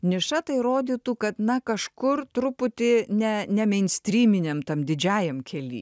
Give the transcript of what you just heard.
niša tai rodytų kad na kažkur truputį ne ne meinstryminiam tam didžiajam kely